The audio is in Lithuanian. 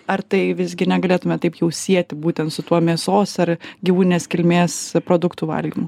ar tai visgi negalėtumėt taip jau sieti būtent su tuo mėsos ar gyvūninės kilmės produktų valgymu